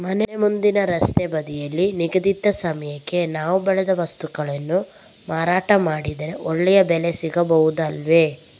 ಮನೆ ಮುಂದಿನ ರಸ್ತೆ ಬದಿಯಲ್ಲಿ ನಿಗದಿತ ಸಮಯಕ್ಕೆ ನಾವು ಬೆಳೆದ ವಸ್ತುಗಳನ್ನು ಮಾರಾಟ ಮಾಡಿದರೆ ಒಳ್ಳೆಯ ಬೆಲೆ ಸಿಗಬಹುದು ಅಲ್ಲವೇ?